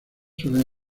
suelen